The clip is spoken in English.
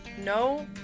no